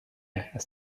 has